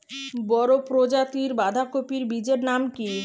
বড় প্রজাতীর বাঁধাকপির বীজের নাম কি?